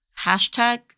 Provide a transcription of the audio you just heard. hashtag